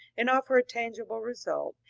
and offer a tangible result,